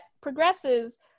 progresses